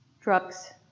Drugs